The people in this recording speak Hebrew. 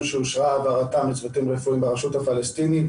שאושרה העברתם לצוותים רפואיים ברשות הפלסטינית